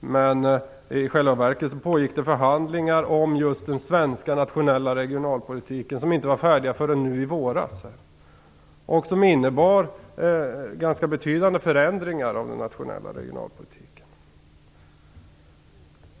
men i själva verket pågick det förhandlingar om just den svenska nationella regionalpolitiken som inte var färdiga förrän nu i våras. De innebar ganska betydande förändringar av den nationella regionalpolitiken.